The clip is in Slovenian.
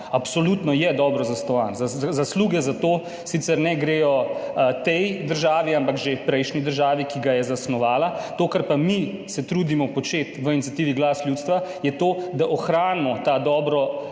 Absolutno je dobro zasnovan, zasluge za to sicer ne grejo tej državi, ampak že prejšnji državi, ki ga je zasnovala. To, kar pa se mi trudimo početi v iniciativi Glas ljudstva, je to, da ohranimo ta dobro